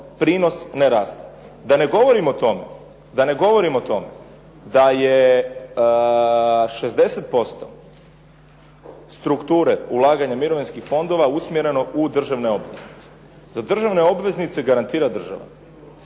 Da ne govorim o tome da je 60% strukture ulaganja mirovinskih fondova usmjereno u državne obveznice. Za državne obveznice garantira država